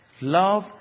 love